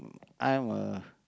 I'm a